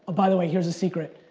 by the way, here's the secret.